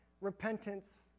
repentance